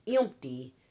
empty